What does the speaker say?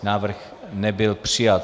Návrh nebyl přijat.